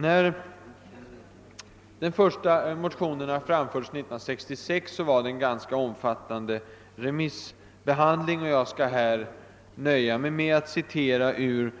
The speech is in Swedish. När dessa motioner framfördes 1966 förekom en ganska omfattande remissbehandling, men jag skall här nöja mig med att citera ur